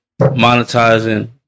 monetizing